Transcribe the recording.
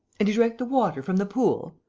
and he drank the water from the pool?